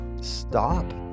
stop